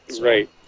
Right